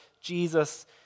Jesus